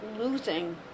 losing